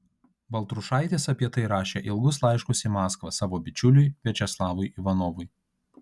baltrušaitis apie tai rašė ilgus laiškus į maskvą savo bičiuliui viačeslavui ivanovui